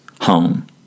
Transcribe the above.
home